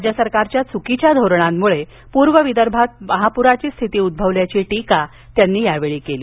राज्य सरकारच्या चुकीच्या धोरणामुळे पूर्व विदर्भात महापुराची स्थिती उद्भवल्याची टीका फडणवीस यांनी यावेळी केली